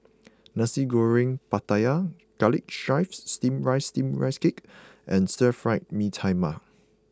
Nasi Goreng Pattaya Garlic Chives steamed rice steamed rice cake and stir fried Mee Tai Mak